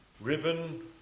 ribbon